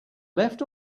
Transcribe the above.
left